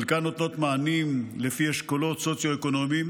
חלקן נותנות מענים לפי אשכולות סוציו-אקונומיים